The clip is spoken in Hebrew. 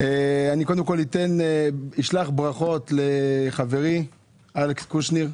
קודם כל אשלח ברכות לחברי אלכס קושניר,